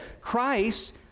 Christ